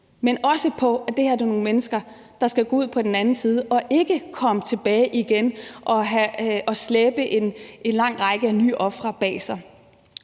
men også på, at det her er nogle mennesker, der skal ud på den anden side og ikke komme tilbage igen og slæbe en lang række af nye ofre bag sig.